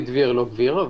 פה.